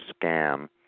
scam